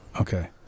Okay